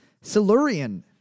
Silurian